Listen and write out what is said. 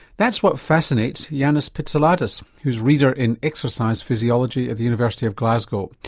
that's what fascinates yannis pitsiladis, who's reader in exercise physiology at the university of glasgow.